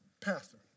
pastor